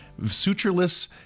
sutureless